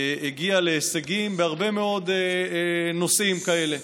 הגיעה להישגים בהרבה מאוד נושאים כאלה,